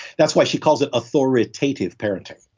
that's why she calls it authoritative parenting,